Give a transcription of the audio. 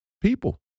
people